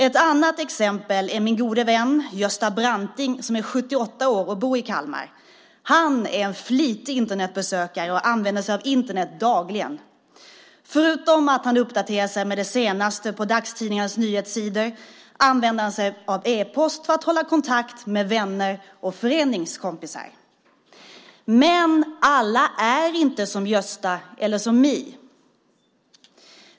Ett annat exempel är min gode vän Gösta Branting som är 78 år och bor i Kalmar. Han är en flitig Internetbesökare och använder sig av Internet dagligen. Förutom att han håller sig uppdaterad med det senaste på dagstidningarnas nyhetssidor använder han sig av e-post för att hålla kontakt med vänner och föreningskompisar. Men alla är inte som Gösta eller som Mi.